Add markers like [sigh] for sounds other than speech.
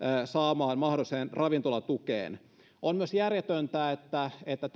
saamaan mahdolliseen ravintolatukeen on myös järjetöntä että [unintelligible]